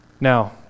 now